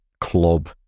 club